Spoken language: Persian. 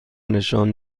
نشان